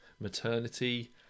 maternity